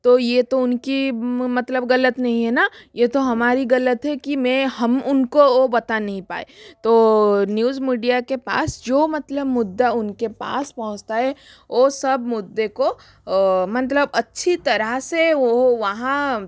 तो ये तो उनकी मतलब ग़लती नहीं है ना ये तो हमारी ग़लती है कि मैं हम उनको वो बता नहीं पाए तो न्यूज़ मीडिया के पास जो मतलब मुद्दा उनके पास पहुँचता है वो सब मुद्दे को मतलब अच्छी तरह से वो वहाँ